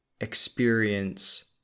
experience